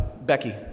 Becky